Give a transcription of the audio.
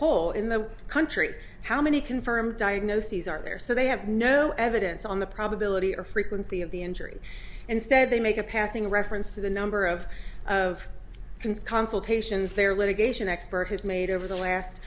whole in the country how many confirmed diagnoses are there so they have no evidence on the probability or frequency of the injury instead they make a passing reference to the number of of concern consultations their litigation expert has made over the last